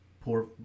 poor